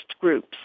groups